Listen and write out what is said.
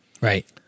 Right